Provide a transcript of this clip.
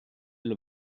l’ho